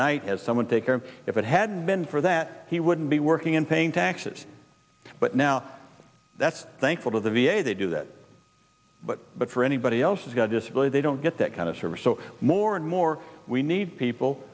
night as someone take care if it hadn't been for that he wouldn't be working and paying taxes but now that's thankful to the v a they do that but but for anybody else got disability they don't get that kind of service so more and more we need people